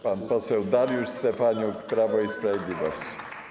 Pan poseł Dariusz Stefaniuk, Prawo i Sprawiedliwość.